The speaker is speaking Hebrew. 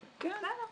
כן או לא.